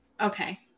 Okay